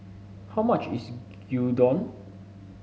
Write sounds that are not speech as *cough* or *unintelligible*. how much is *unintelligible* Gyudon